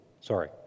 Sorry